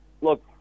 Look